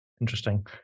Interesting